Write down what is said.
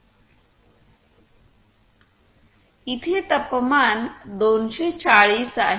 इथे तापमान 240 आहे